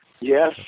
Yes